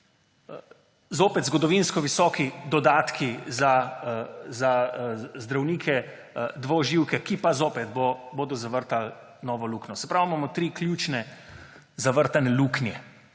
zopet zgodovinsko visoki dodatki za zdravnike dvoživke, ki bodo zavrtali novo luknjo. Se pravi, imamo tri ključne zavrtane luknje